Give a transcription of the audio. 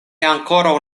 ankoraŭ